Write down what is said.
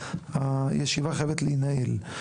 הישיבה חייבת להינעל.